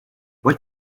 what